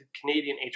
Canadian